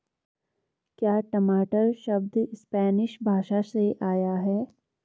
क्या टमाटर शब्द स्पैनिश भाषा से आया है?